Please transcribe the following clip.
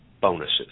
bonuses